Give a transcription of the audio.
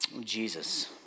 Jesus